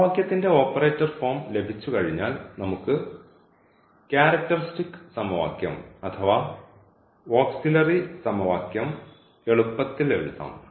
സമവാക്യത്തിന്റെ operator form ലഭിച്ചുകഴിഞ്ഞാൽ നമുക്ക് ക്യാരക്ടർസ്റ്റിക് സമവാക്യം അഥവാ ഓക്സിലറി സമവാക്യം എളുപ്പത്തിൽ എഴുതാം